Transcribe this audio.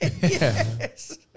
Yes